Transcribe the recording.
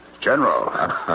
General